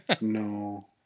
No